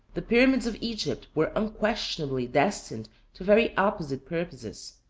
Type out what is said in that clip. the pyramids of egypt were unquestionably destined to very opposite purposes.